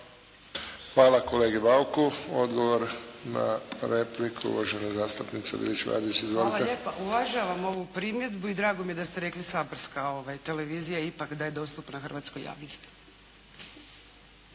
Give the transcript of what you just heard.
Hvala lijepa. Uvažavam ovu primjedbu i drago mi je da ste rekli saborska televizija ipak da je dostupna hrvatskoj javnosti.